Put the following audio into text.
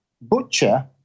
butcher